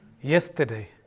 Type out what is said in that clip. Yesterday